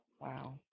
Wow